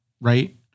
right